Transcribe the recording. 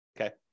okay